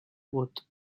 vot